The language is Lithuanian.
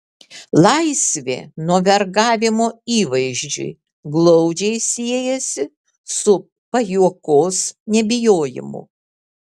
laisvė nuo vergavimo įvaizdžiui glaudžiai siejasi su pajuokos nebijojimu